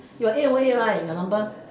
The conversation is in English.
your A O right your number